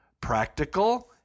Practical